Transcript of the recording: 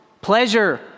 Pleasure